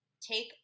take